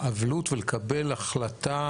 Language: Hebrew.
האבלות ולקבל החלטה.